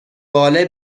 باله